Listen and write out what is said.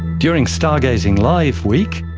during stargazing live week,